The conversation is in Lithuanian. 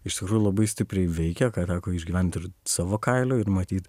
iš tikrųjų labai stipriai veikia ką teko išgyvent ir savo kailiu ir matyt